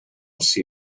see